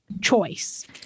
choice